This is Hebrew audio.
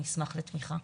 נשמח לתמיכה.